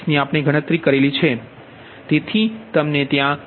28 ની આપણે ગણતરી કરેલી છે